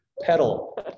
pedal